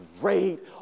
great